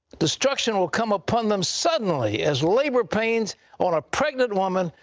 destruction will come upon them suddenly, as labor pains on a pregnant woman,